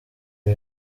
ibi